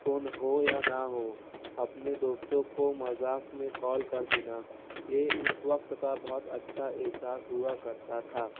phone ہو یا نہ ہو اپنے دوستوں کو مذاق میں کال کر دینا یہ اس وقت کا بہت اچھا احساس ہوا کرتا تھا